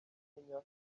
menya